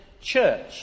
Church